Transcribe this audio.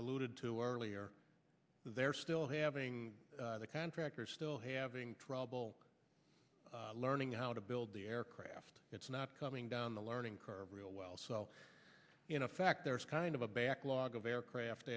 alluded to earlier they're still having the contractor still having trouble learning how to build the aircraft it's not coming down the learning curve real well so in effect there's kind of a backlog of aircraft